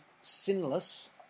sinless